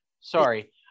Sorry